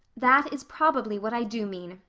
that is probably what i do mean.